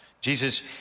Jesus